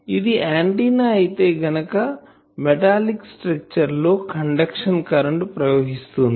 ఇది ఆంటిన్నా అయితే గనుక మెటాలిక్ స్ట్రక్చర్ లో కండెక్షన్ కరెంటు ప్రవహిస్తుంది